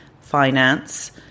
finance